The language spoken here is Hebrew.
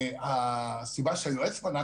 הסיבה שהיועץ פנה,